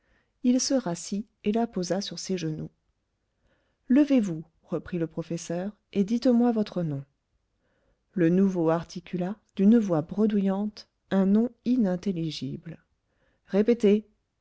il se rassit et la posa sur ses genoux levez-vous reprit le professeur et dites-moi votre nom le nouveau articula d'une voix bredouillante un nom inintelligible répétez